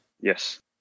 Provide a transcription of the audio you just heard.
Yes